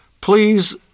please